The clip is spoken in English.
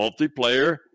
multiplayer